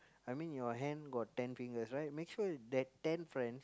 I mean your hand got ten fingers right make sure that ten friend